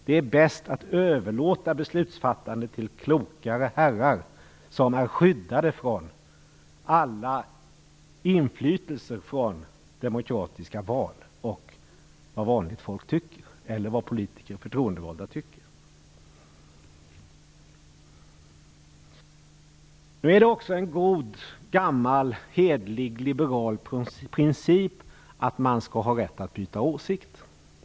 Det är bäst att överlåta beslutsfattandet till klokare herrar som är skyddade från alla inflytelser från demokratiska val och vad vanligt folk eller vad politiker och förtroendevalda tycker. Det är en gammal god hederlig liberal princip att man skall ha rätt att byta åsikt.